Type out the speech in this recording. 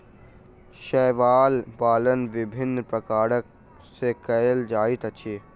शैवाल पालन विभिन्न प्रकार सॅ कयल जाइत अछि